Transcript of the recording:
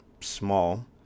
Small